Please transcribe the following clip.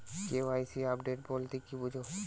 KYC update বলতে কি বোঝায়?